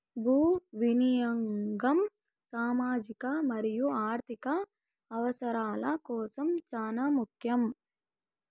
భూ వినియాగం సామాజిక మరియు ఆర్ధిక అవసరాల కోసం చానా ముఖ్యం